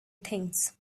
things